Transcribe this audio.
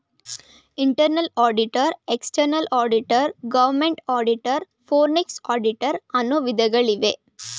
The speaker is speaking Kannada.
internal auditor, external auditor, government auditor, forensic auditor, ಅನ್ನು ವಿಧಗಳಿವೆ